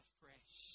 fresh